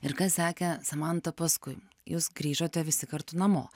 ir kas sekė samanta paskui jūs grįžote visi kartu namo